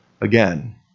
again